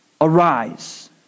arise